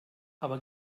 aber